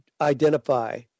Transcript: identify